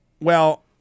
Well-